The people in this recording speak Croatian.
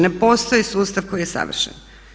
Ne postoji sustav koji je savršen.